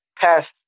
past